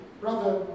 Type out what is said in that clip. brother